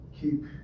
keep